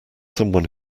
someone